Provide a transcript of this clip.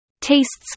Tastes